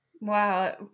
wow